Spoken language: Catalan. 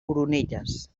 oronelles